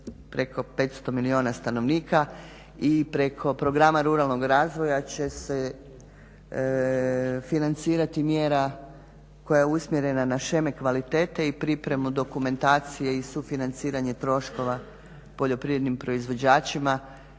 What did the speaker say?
preko 500 milijuna stanovnika i preko programa ruralnog razvoja će se financirati mjera koja je usmjerena na sheme kvalitete i pripremu dokumentacije i sufinanciranje troškova poljoprivrednim proizvođačima